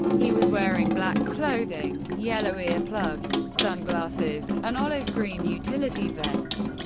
he was wearing black clothing, yellow earplugs, sunglasses, an olive green utility vest,